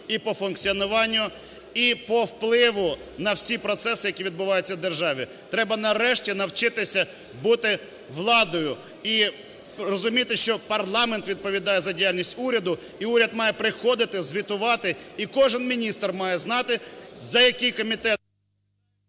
і по функціонуванню, і по впливу на всі процеси, які відбуваються в державі. Треба нарешті навчитися бути владою і розуміти, що парламент відповідає за діяльність уряду і уряд має приходити, звітувати, і кожен міністр має знати, за який комітет...